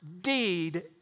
deed